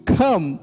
come